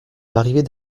l’arrivée